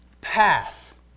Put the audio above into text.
path